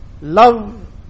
love